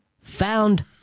found